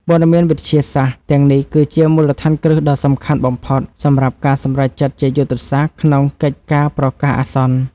ព័ត៌មានវិទ្យាសាស្ត្រទាំងនេះគឺជាមូលដ្ឋានគ្រឹះដ៏សំខាន់បំផុត សម្រាប់ការសម្រេចចិត្តជាយុទ្ធសាស្ត្រក្នុងកិច្ចការប្រកាសអាសន្ន។